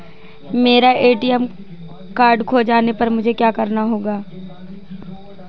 मेरा ATM card खो जाने पर मुझे क्या करना होगा?